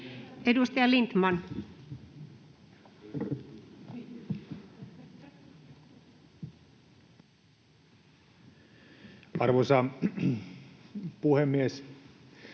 edustaja Lohi. Arvoisa puhemies!